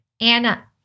Anna